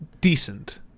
decent